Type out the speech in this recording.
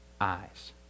eyes